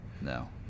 no